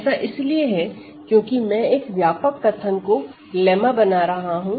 ऐसा इसलिए है क्योंकि मैं एक व्यापक कथन को लेमा बना रहा हूं